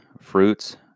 fruits